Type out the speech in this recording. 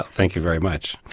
thank you very much.